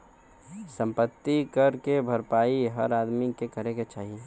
सम्पति कर के भरपाई हर आदमी के करे क चाही